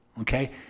Okay